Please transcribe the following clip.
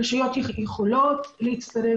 הרשויות יכולות להצטרף